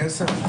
הישיבה